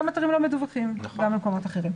גם אתרים לא מדווחים במקומות אחרים.